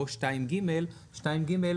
"או 2(ג)",